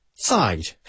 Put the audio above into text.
Side